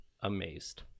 amazed